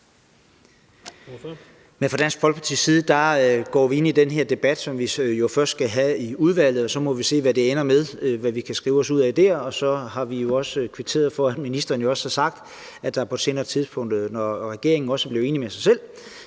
Men fra Dansk Folkepartis side går vi ind i den her debat, som vi jo først skal have i udvalget, og så må vi se, hvad det ender med – hvad vi kan skrive os ud ad der. Og så har vi jo også kvitteret for, at ministeren har sagt, at der på et senere tidspunkt, når regeringen bliver enig med sig selv,